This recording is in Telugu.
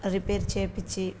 రిపేర్ చేపించి